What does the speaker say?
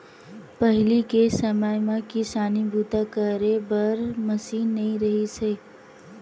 पहिली के समे म किसानी बूता करे बर मसीन नइ रिहिस हे